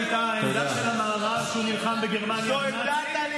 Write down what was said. זאת הייתה העמדה של המערב כשהוא נלחם בגרמניה הנאצית.